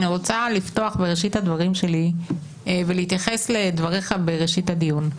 אני רוצה לפתוח ובראשית דבריי להתייחס לדבריך בראשית הדיון.